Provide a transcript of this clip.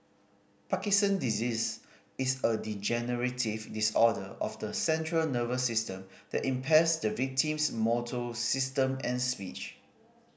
Parkinson disease is a degenerative disorder of the central nervous system that impairs the victim's motor system and speech